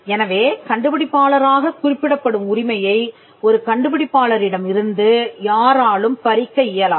எனவே கண்டுபிடிப்பாளராகக் குறிப்பிடப்படும் உரிமையை ஒரு கண்டுபிடிப்பாளரிடமிருந்து யாராலும் பறிக்க இயலாது